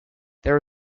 there